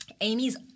Amy's